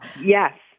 Yes